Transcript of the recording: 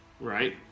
Right